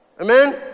Amen